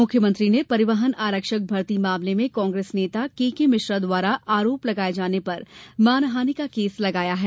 मुख्यमंत्री ने परिवहन आरक्षक भर्ती मामले में कांग्रेस नेता केके मिश्रा द्वारा आरोप लगाये जाने पर मानहानि का केस लगाया है